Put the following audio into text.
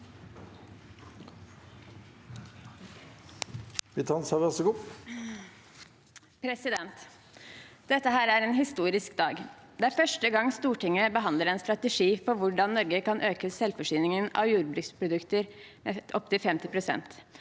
Dette er en historisk dag. Det er første gang Stortinget behandler en strategi for hvordan Norge kan øke selvforsyningen av jordbruksprodukter opp til 50 pst.,